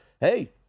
hey